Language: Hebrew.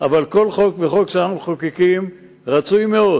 אבל כל חוק וחוק שאנחנו מחוקקים, רצוי מאוד